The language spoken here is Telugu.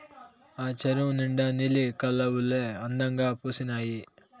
ఆ చెరువు నిండా నీలి కలవులే అందంగా పూసీనాయి